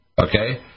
okay